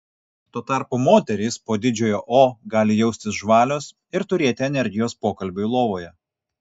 tuo tarpu moterys po didžiojo o gali jaustis žvalios ir turėti energijos pokalbiui lovoje